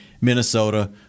Minnesota